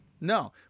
No